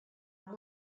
amb